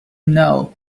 know